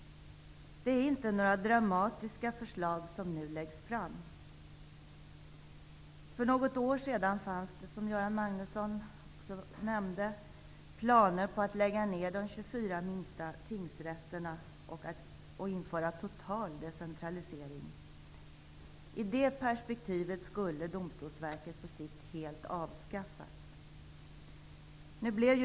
Det är inte några dramatiska förslag som nu läggs fram. För något år sedan fanns -- som Göran Magnusson också nämnde -- planer på att lägga ned de 24 minsta tingsrätterna och införa total decentralisering. I det perspektivet skulle Domstolsverket på sikt helt avskaffas.